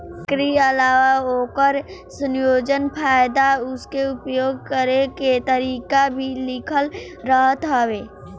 एकरी अलावा ओकर संयोजन, फायदा उके उपयोग करे के तरीका भी लिखल रहत हवे